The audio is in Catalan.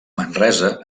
manresa